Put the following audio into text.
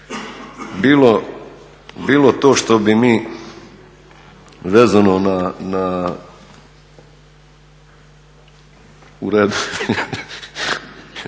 bilo to što bi mi vezano na… U redu.